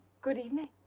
good evening.